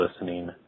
listening